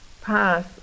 pass